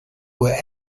were